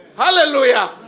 Hallelujah